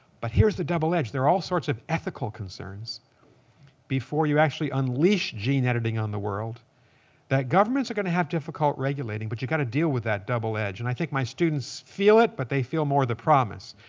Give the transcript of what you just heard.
but here's the double edge. there are all sorts of ethical concerns before you actually unleash gene editing on the world that governments are going to have difficult regulating. but you've got to deal with that double edge. and i think my students feel it, but they feel more the promise.